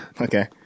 Okay